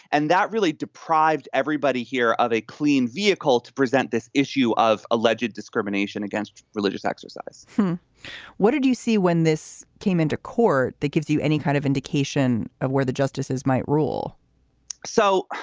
and that really deprived everybody here of a clean vehicle to present this issue of alleged discrimination against religious exercise what did you see when this came into court? that gives you any kind of indication of where the justices might rule so,